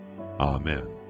Amen